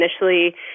initially